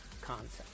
concept